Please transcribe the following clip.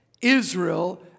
Israel